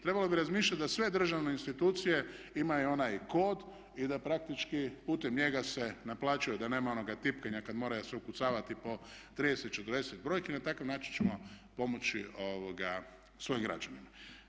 Trebalo bi razmišljati da sve državne institucije imaju onaj kod i da praktički putem njega se naplaćuje da nema onoga tipkanja kada mora se ukucavati po 30, 40 brojki, na takav način ćemo pomoći svojim građanima.